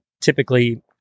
typically